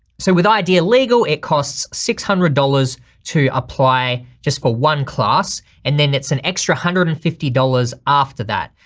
so with idealegal it costs six hundred dollars to apply just for one class and then it's an extra one hundred and fifty dollars after that.